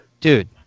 Dude